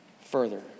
further